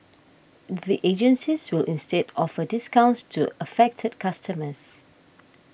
the agencies will instead offer discounts to affected customers